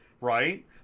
right